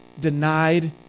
denied